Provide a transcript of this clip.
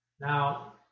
Now